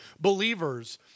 believers